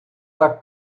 так